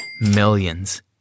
millions